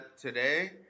today